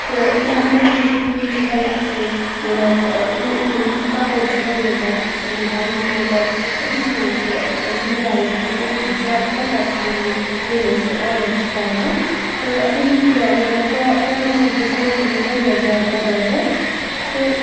تہٕ مےٚ مےٚ بوٗز کہِ یِم چھِ واریاہ اَصٕل مطلب یُہُنٛد کَپُر چھُ واریاہ زیادٕ اَصٕل یِوان یُتھ مطلب وٕچھان چھِ أسۍ موبایل پٮ۪ٹھ تمہِ کھۄتہٕ زیادٕ بٮ۪ٹَر چھِ یِوان ییٚلہِ أسۍ یہِ آڈَر چھِ کَران تہٕ أمیُک مطلب کا کالِٹی تہٕ کانٹٕٹی واریاہ زیادٕ زبردَس تہٕ